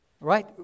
Right